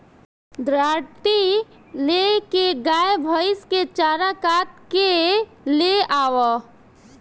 दराँती ले के गाय भईस के चारा काट के ले आवअ